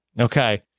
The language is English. Okay